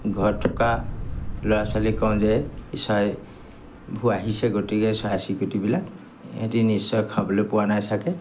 ঘৰত থকা ল'ৰা ছোৱালীক কওঁ যে এই চৰাইবোৰ আহিছে গতিকে চৰাই চিৰিকটিবিলাক ইহঁতি নিশ্চয় খাবলৈ পোৱা নাই চাগৈ